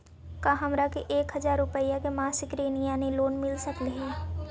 का हमरा के एक हजार रुपया के मासिक ऋण यानी लोन मिल सकली हे?